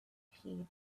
heat